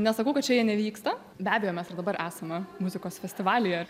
nesakau kad čia jie nevyksta be abejo mes ir dabar esame muzikos festivalyje